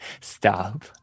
stop